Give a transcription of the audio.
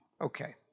Okay